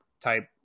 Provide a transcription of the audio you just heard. type